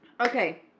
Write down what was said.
Okay